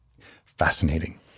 Fascinating